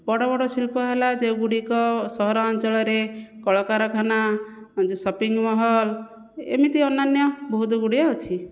ବଡ଼ ବଡ଼ ଶିଳ୍ପ ହେଲା ଯେଉଁ ଗୁଡ଼ିକ ସହରାଞ୍ଚଳରେ କଳକାରଖାନା ଯେ ସପିଂ ମଲ୍ ଏମିତି ଅନ୍ୟାନ୍ୟ ବହୁତ ଗୁଡ଼ିଏ ଅଛି